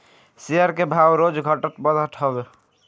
share के भाव रोज घटत बढ़त हअ